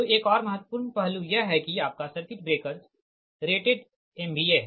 तो एक और महत्वपूर्ण पहलू यह है कि आपका सर्किट ब्रेकर रेटेड MVA है